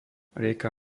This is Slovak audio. rieka